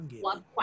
One